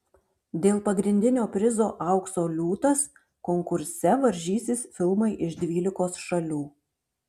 dėl pagrindinio prizo aukso liūtas konkurse varžysis filmai iš dvylikos šalių